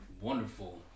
wonderful